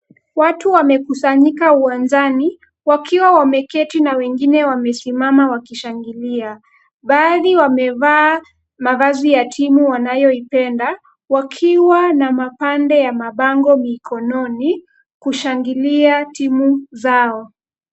Watu wamekusanyika uwanjani wakiwa wameketi na wengine wamesimama wakishangilia. Baadhi wamevaa mavazi ya timu wanayopenda, wakiwa na mapande ya mabango mkononi kushangilia timu zao.